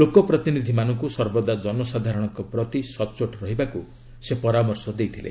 ଲୋକପ୍ରତିନିଧିମାନଙ୍କୁ ସର୍ବଦା ଜନସାଧାରଣଙ୍କ ପ୍ରତି ସଚ୍ଚୋଟ ରହିବାକୁ ସେ ପରାମର୍ଶ ଦେଇଥିଲେ